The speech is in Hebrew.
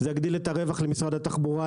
זה יגדיל את הרווח למשרד התחבורה,